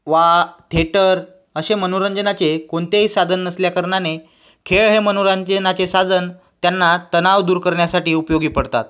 वा थेटर असे मनोरंजनाचे कोणतेही साधन नसल्याकारणाने खेळ हे मनोरंजनाचे साधन त्यांना तणाव दूर करण्यासाठी उपयोगी पडतात